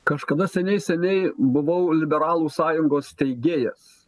kažkada seniai seniai buvau liberalų sąjungos steigėjas